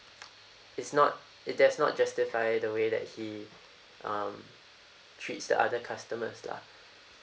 it's not it does not justify the way that he um treats the other customers lah